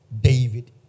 David